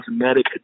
cosmetic